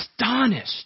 astonished